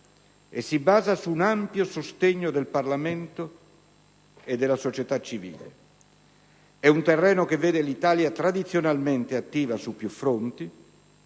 e si basa su un ampio sostegno del Parlamento e della società civile. È un terreno che vede l'Italia tradizionalmente attiva su più fronti